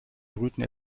brüten